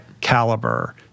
caliber